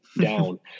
down